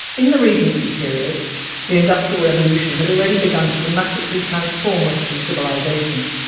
in the regency period, the industrial revolution had already begun to dramatically transform western civilisation.